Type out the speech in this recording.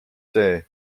see